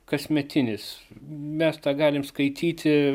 kasmetinis mes tą galime skaityti